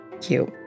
Cute